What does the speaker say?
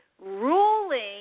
ruling